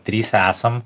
trys esam